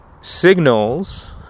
signals